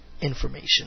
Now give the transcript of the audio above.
information